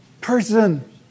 person